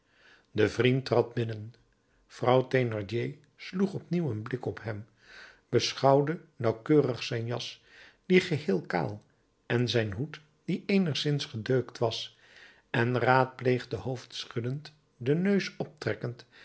de vriend trad binnen vrouw thénardier sloeg opnieuw een blik op hem beschouwde nauwkeurig zijn jas die geheel kaal en zijn hoed die eenigszins gedeukt was en raadpleegde hoofdschuddend den neus optrekkend